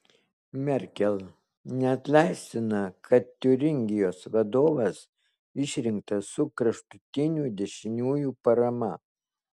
merkel neatleistina kad tiuringijos vadovas išrinktas su kraštutinių dešiniųjų parama